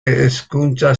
hezkuntza